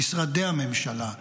ממשרדי הממשלה,